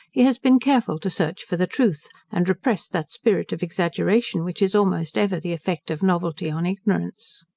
he has been careful to search for the truth, and repress that spirit of exaggeration which is almost ever the effect of novelty on ignorance.